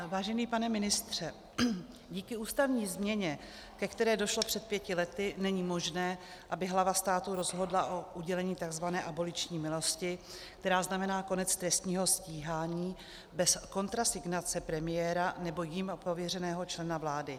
Vážený pane ministře, díky ústavní změně, ke které došlo před pěti lety, není možné, aby hlava státu rozhodla o udělení takzvané aboliční milosti, která znamená konec trestního stíhání, bez kontrasignace premiéra nebo jím pověřeného člena vlády.